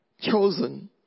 chosen